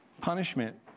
punishment